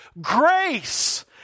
Grace